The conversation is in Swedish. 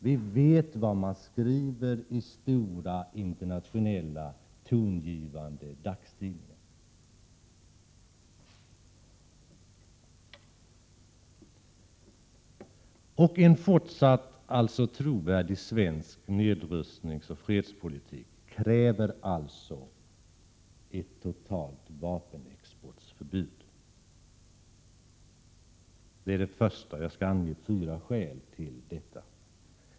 Vi vet vad man skriver i de stora tongivande internationella dagstidningarna. En fortsatt trovärdig svensk nedrustningsoch fredspolitik kräver alltså ett totalt vapenexportförbud — det var det första skälet.